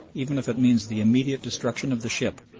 even if it means the immediate destruction of the ship,